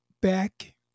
back